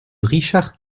richard